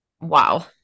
wow